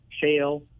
Shale